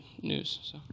news